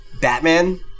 Batman